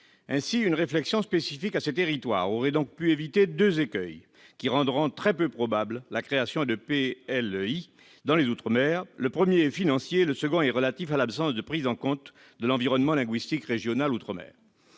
Ainsi, une réflexion spécifique à ces territoires aurait pu éviter deux écueils, qui rendront très peu probable la création d'EPLEI dans les outre-mer : le premier est financier, et le second relatif à l'absence de prise en compte de l'environnement linguistique régional des outre-mer.